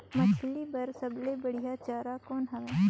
मछरी बर सबले बढ़िया चारा कौन हवय?